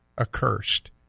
accursed